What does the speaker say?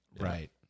Right